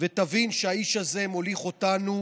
ותבין שהאיש הזה מוליך אותנו